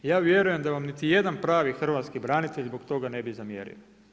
Ja vjerujem da vam niti jedan pravi hrvatski branitelj zbog toga ne bi zamjerio.